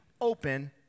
open